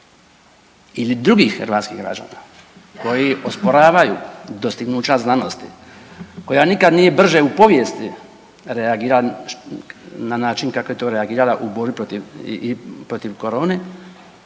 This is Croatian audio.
ili drugih hrvatskih građana koji osporavaju dostignuća znanosti, koja nikada nije brže u povijesti reagirala na način kako je to reagirala u borbi protiv korone